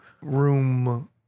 room